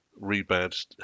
rebadged